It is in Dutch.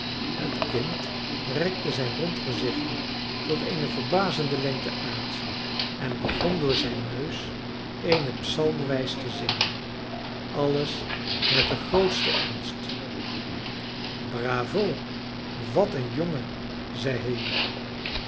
het kind rekte zijn rond gezichtje tot eene verbazende lengte uit en begon door zijn neus eene psalmwijs te zingen alles met den grootsten ernst bravo wat een jongen zeide